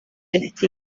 bifite